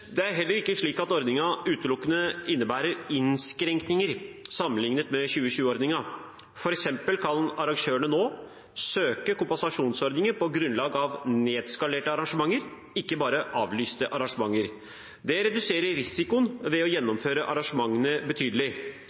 er heller ikke slik at ordningen utelukkende innebærer innskrenkninger sammenliknet med 2020-ordningen. For eksempel kan arrangørene nå søke kompensasjonsordningen på grunnlag av nedskalerte arrangementer, ikke bare avlyste arrangementer. Det reduserer risikoen ved å gjennomføre arrangementene betydelig.